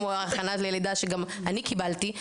כמו ההכנה ללידה שגם אני קיבלתי,